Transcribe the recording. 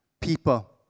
people